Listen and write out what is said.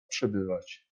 przebywać